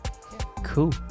Cool